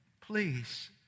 please